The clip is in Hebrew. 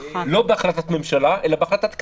לא בהחלטת ממשלה, אלא בהחלטת כנסת.